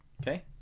Okay